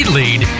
lead